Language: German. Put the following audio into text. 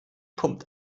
pumpt